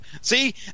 See